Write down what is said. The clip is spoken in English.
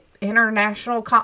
International